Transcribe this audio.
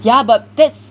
yeah but that's